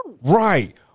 Right